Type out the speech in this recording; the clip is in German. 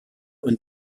und